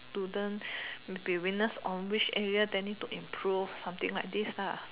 students will be weakness on which area they need to improve something like this lah